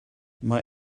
mae